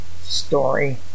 story